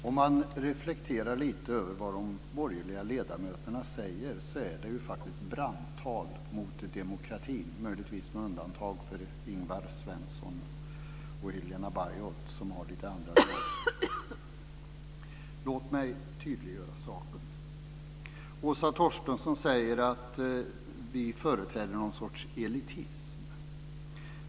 Fru talman! Om man reflekterar lite grann över vad de borgerliga ledamöterna säger så är det faktiskt brandtal mot demokratin, möjligtvis med undantag för Ingvar Svensson och Helena Bargholtz. Låt mig tydliggöra saken. Åsa Torstensson säger att vi företräder någon sorts elitism.